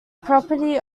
property